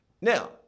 Now